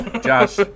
josh